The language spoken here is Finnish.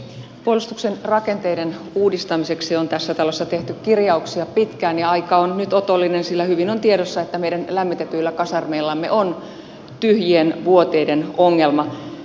puolustuksen rakenteiden uudistamiseksi on tässä talossa tehty kirjauksia pitkään ja aika on nyt otollinen sillä hyvin on tiedossa että meidän lämmitetyillä kasarmeillamme on tyhjien vuoteiden ongelma